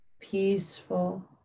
peaceful